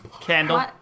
Candle